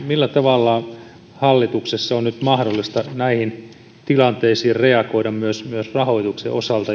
millä tavalla ministeri hallituksessa on nyt mahdollista näihin tilanteisiin reagoida myös myös rahoituksen osalta